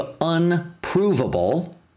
unprovable